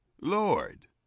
Lord